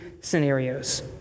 scenarios